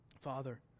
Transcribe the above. Father